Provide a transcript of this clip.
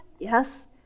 Yes